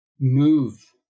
move